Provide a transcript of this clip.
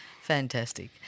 Fantastic